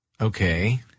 Okay